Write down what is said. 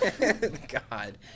God